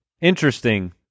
interesting